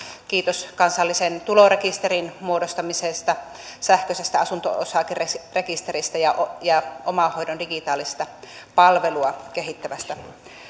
kiitos kansallisen tulorekisterin muodostamisesta sähköisestä asunto osakerekisteristä ja ja omahoidon digitaalista palvelua kehittävästä